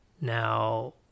Now